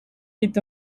est